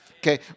Okay